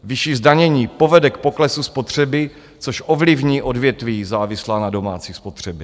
Vyšší zdanění povede k poklesu spotřeby, což ovlivní odvětví závislá na domácí spotřebě.